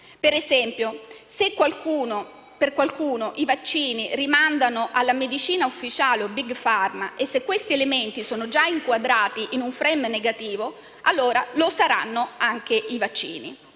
Ad esempio, se per qualcuno i vaccini rimandano alla medicina ufficiale, o Big Pharma, e se questi elementi sono già inquadrati in un *frame* negativo, allora lo saranno anche i vaccini.